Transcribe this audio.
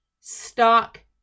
stock